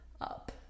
up